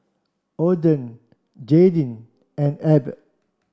Ogden Jaydin and Abb